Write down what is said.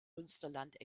münsterland